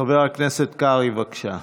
חבר הכנסת קרעי, בבקשה.